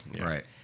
Right